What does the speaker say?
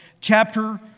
chapter